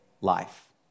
life